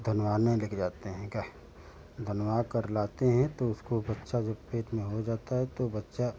धनवाने ले जाते हैं कि धनवा कर लाते हैं तो उसको बच्चा जो पेट में हो जाता है तो बच्चा